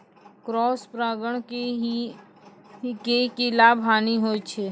Cross परागण के की लाभ, हानि होय छै?